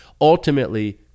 ultimately